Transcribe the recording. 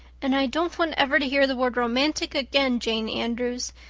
and i don't want ever to hear the word romantic again, jane andrews.